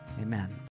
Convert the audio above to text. Amen